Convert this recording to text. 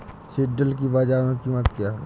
सिल्ड्राल की बाजार में कीमत क्या है?